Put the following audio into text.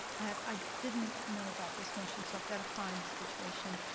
i didn't know about this motion so i've gotta find this situation.